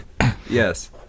Yes